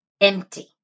empty